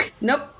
Nope